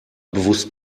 bewusst